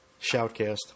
shoutcast